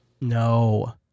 No